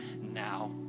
now